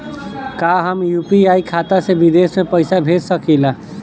का हम यू.पी.आई खाता से विदेश में पइसा भेज सकिला?